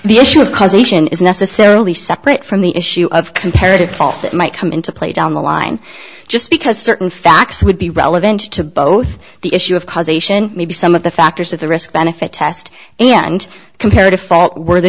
the issue of causation is necessarily separate from the issue of comparative fault that might come into play down the line just because certain facts would be relevant to both the issue of causation maybe some of the factors that the risk benefit test and comparative fault were the